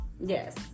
yes